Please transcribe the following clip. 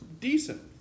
decent